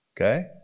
Okay